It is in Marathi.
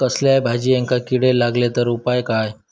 कसल्याय भाजायेंका किडे लागले तर उपाय काय?